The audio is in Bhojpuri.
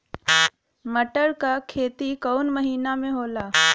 मटर क खेती कवन महिना मे होला?